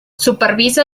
supervisa